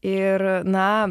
ir na